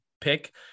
pick